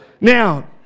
Now